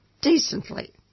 decently